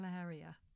area